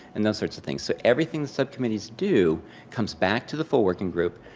and those sorts of things. so, everything subcommittees do comes back to the full working group.